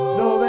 no